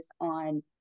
on